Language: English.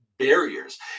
barriers